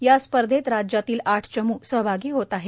या स्पर्धेत राज्यातील आठ चम् सहभागी होत आहेत